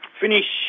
finish